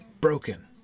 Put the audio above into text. Broken